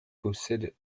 possèdent